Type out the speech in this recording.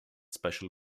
special